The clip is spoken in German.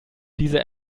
diese